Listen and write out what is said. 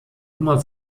immer